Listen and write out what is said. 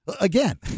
Again